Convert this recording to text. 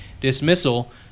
dismissal